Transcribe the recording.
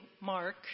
Mark